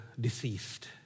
deceased